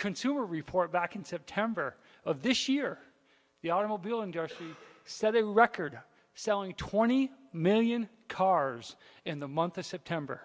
consumer report back in september of this year the automobile industry set a record selling twenty million cars in the month of september